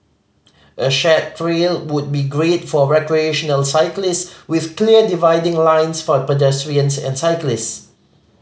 a shared trail would be great for recreational cyclist with clear dividing lines for pedestrians and cyclist